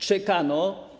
Czekano.